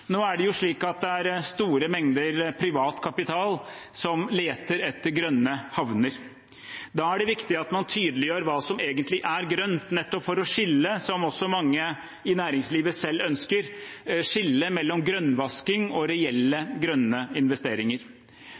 Nå er det jo slik at det er store mengder privat kapital som leter etter grønne havner. Da er det viktig at man tydeliggjør hva som egentlig er grønt, nettopp for å skille, som også mange i næringslivet selv ønsker, mellom grønnvasking og reelle grønne investeringer.